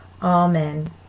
Amen